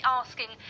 asking